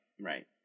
Right